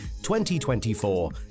2024